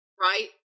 right